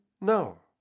no